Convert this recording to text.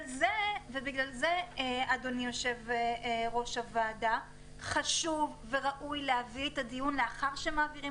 לכן אדוני היושב ראש חשוב וראוי להביא את הדיון לכנסת לאחר שמעבירים